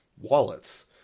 wallets